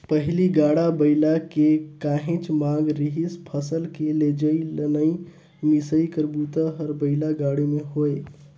पहिली गाड़ा बइला के काहेच मांग रिहिस फसल के लेजइ, लनइ, मिसई कर बूता हर बइला गाड़ी में होये